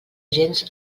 gens